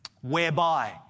whereby